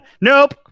Nope